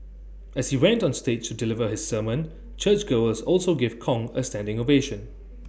as he went on stage to deliver his sermon churchgoers also gave Kong A standing ovation